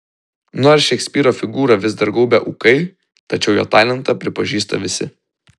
nors šekspyro figūrą vis dar gaubia ūkai tačiau jo talentą pripažįsta visi